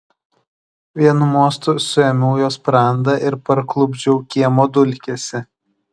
vienu mostu suėmiau jo sprandą ir parklupdžiau kiemo dulkėse